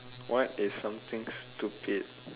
what is something stupid